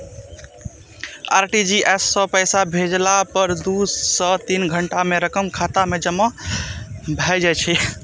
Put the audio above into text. RTGS सं पैसा भेजला पर दू सं तीन घंटा मे रकम खाता मे जमा भए जाइ छै